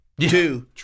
Two